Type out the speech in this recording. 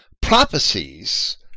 prophecies